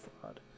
fraud